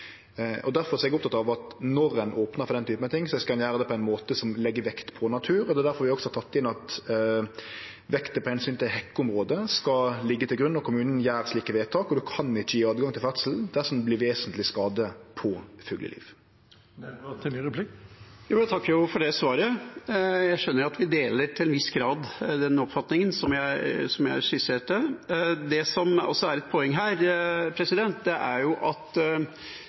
er eg oppteken av at når ein opnar for den typen ting, skal ein gjere det på ein måte som legg vekt på natur. Det er difor vi også har teke inn at vekta på omsynet til hekkeområde skal liggje til grunn når kommunen gjer slike vedtak, og at ein ikkje kan gje rett til ferdsel dersom det vert vesentleg skade på fugleliv. Jeg takker for det svaret. Jeg skjønner at vi deler til en viss grad den oppfatningen som jeg skisserte. Det som også er et poeng her,